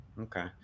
okay